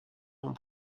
noms